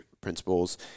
Principles